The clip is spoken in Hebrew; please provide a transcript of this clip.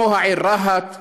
כמו העיר רהט,